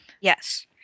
Yes